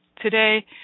Today